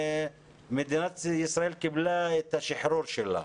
מדינת ישראל קיבלה את השחרור שלה.